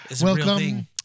Welcome